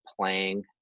playing